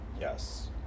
yes